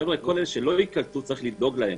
חבר'ה, כל אלה שלא ייקלטו צריך לדאוג להם.